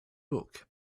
book